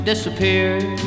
disappeared